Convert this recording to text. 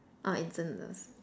oh instant noodles